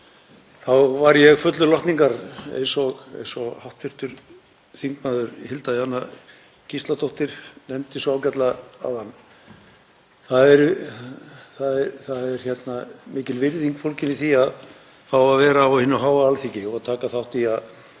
var ég fullur lotningar, eins og hv. þm. Hilda Jana Gísladóttir nefndi svo ágætlega áðan. Það er mikil virðing fólgin í því að fá að vera á hinu háa Alþingi og taka þátt í að